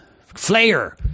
flair